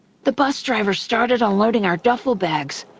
the bus driver started unloading our duffel bags,